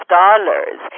dollars